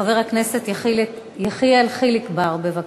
חבר הכנסת יחיאל חיליק בר, בבקשה,